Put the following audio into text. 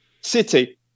city